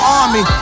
army